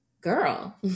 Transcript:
Girl